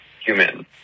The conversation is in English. human